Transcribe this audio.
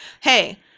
hey